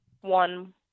one